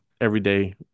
everyday